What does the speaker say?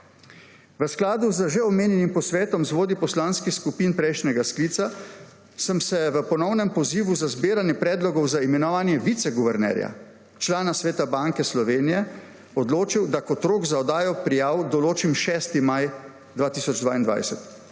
V skladu z že omenjenim posvetom z vodji poslanskih skupin prejšnjega sklica sem se v ponovnem pozivu za zbiranje predlogov za imenovanje viceguvernerja, člana Sveta Banke Slovenije, odločil, da kot rok za oddajo prijav določim 6. maj 2022.